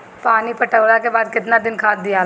पानी पटवला के बाद केतना दिन खाद दियाला?